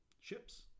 ships